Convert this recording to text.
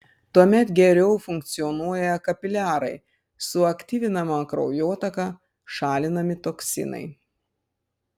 tuomet geriau funkcionuoja kapiliarai suaktyvinama kraujotaka šalinami toksinai